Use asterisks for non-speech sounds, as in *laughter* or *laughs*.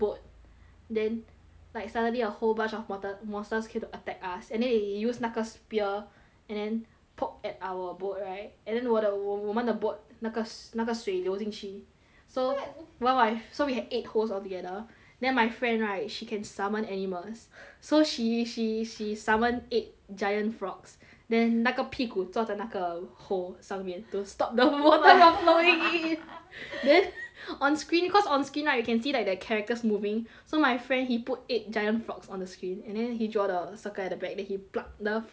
then like suddenly a whole bunch of water monsters came to attack us and they use 那个 sphere and then poke at our boat right and then 我的我我们的 boat 那个那个水流进去 [what] so what why so we have eight holes all together then my friend right she can summon animals so she she she summon eight giant frogs then 那个屁股坐在那个 hole 上面 to stop the water from flowing in *laughs* then on screen cause on screen right you can see like the characters moving so my friend he put eight giant frogs on the screen and then he draw the circle at the back and then he plug the frog on the hole